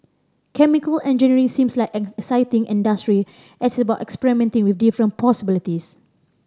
chemical engineering seems like an exciting industry as it's about experimenting with different possibilities